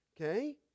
Okay